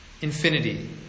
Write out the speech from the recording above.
infinity